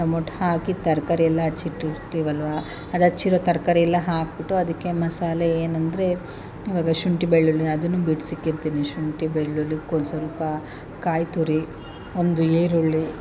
tomato ಹಾಕಿ ತರಕಾರಿ ಎಲ್ಲ ಹಚ್ಚಿಟ್ಟಿರ್ತೀವಲ್ವ ಅದು ಹಚ್ಚಿರೋ ತರಕಾರಿ ಎಲ್ಲ ಹಾಕಿಬಿಟ್ಟು ಅದಕ್ಕೆ ಮಸಾಲೆ ಏನೆಂದ್ರೆ ಇವಾಗ ಶುಂಠಿ ಬೆಳ್ಳುಳ್ಳಿ ಅದನ್ನೂ ಬಿಡ್ಸ್ ಇಟ್ಟಿರ್ತೀನಿ ಶುಂಠಿ ಬೆಳ್ಳುಳ್ಳಿ ಕೊ ಸ್ವಲ್ಪ ಕಾಯಿ ತುರಿ ಒಂದು ಈರುಳ್ಳಿ